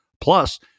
plus